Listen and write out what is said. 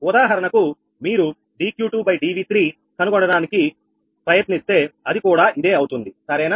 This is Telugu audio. ఉదాహరణకు మీరు dQ2dV3 కనుగొనడానికి ప్రయత్నిస్తే అది కూడా ఇదే అవుతుంది సరేనా